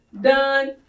done